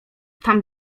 tam